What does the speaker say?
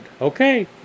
Okay